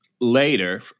later